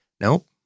Nope